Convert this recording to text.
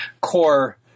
core